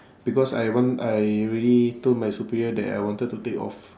because I want I already told my superior that I wanted to take off